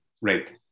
right